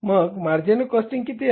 मग marginal costing किती आहे